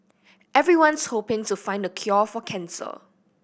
everyone's hoping to find the cure for cancer